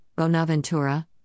Bonaventura